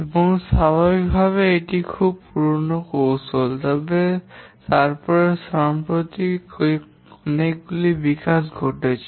এবং স্বাভাবিকভাবেই এটি একটি খুব পুরানো কৌশল তবে তারপরে সম্প্রতি অনেকগুলি বিকাশ হয়েছে